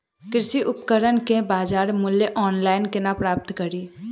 कृषि उपकरण केँ बजार मूल्य ऑनलाइन केना प्राप्त कड़ी?